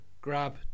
grab